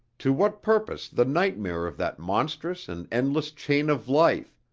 to what purpose the nightmare of that monstrous and endless chain of life,